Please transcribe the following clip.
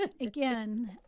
Again